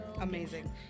amazing